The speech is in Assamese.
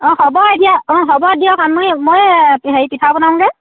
অঁ হ'ব এতিয়া অঁ হ'ব দিয়ক আমি মই এই হেৰি পিঠা বনাওঁগৈ